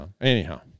Anyhow